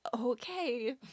okay